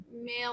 male